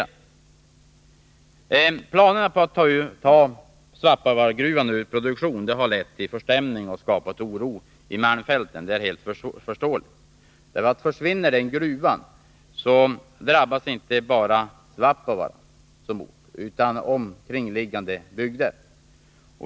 Att planerna på att ta Svappavaaragruvan ur produktion har skapat förstämning och oro i malmfälten är helt förståeligt. Försvinner gruvan, drabbas nämligen inte bara orten Svappavaara utan även omkringliggande bygder.